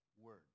word